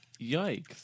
yikes